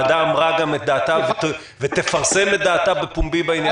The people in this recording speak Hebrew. הוועדה אמרה את דעתה ותפרסם את דעתה בפומבי בעניין הזה.